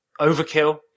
Overkill